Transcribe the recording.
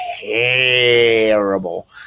terrible